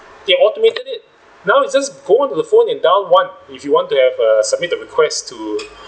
can automated it now you just go into the phone and dial what if you want to have uh submit a request to